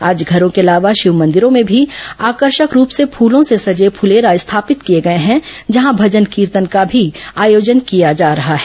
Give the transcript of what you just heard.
आज घरों के अलावा शिव मंदिरों में भी आकर्षक रूप से फूलों से सजे फूलेरा स्थापित किए गए हैं जहां भजन कीर्तन का भी आयोजन किया जा रहा है